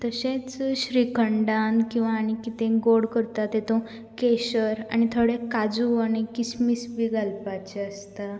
तशेंच श्रीखंडान किंवा आनी कितेंय गोड करतात तेतून केशर आनी थोडे काजू आनी किसमीश बी घालपाचे आसता